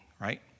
right